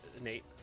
Nate